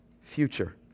future